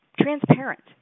transparent